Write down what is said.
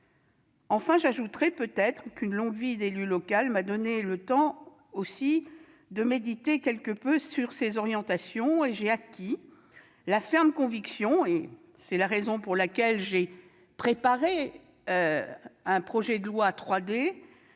Enfin, j'ajouterai peut-être qu'une longue vie d'élue locale m'a donné le temps de méditer quelque peu sur ces orientations : j'ai acquis la ferme conviction- c'est la raison pour laquelle j'ai préparé le projet de loi 3D